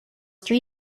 three